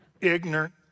ignorant